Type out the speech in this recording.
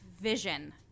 vision